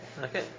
Okay